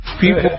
People